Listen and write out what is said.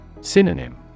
Synonym